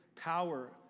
power